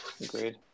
Agreed